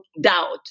doubt